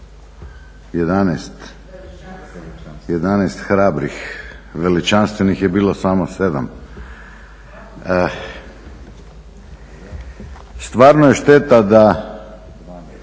11 hrabrih, veličanstvenih je bilo samo 7. Stvarno je šteta da